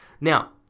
Now